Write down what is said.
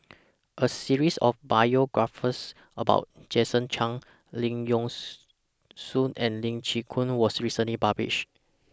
A series of biographies about Jason Chan Leong Yee Soo and Lee Chin Koon was recently published